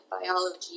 biology